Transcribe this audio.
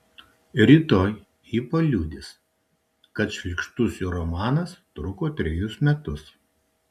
rytoj ji paliudys kad šlykštus jų romanas truko trejus metus